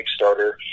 kickstarter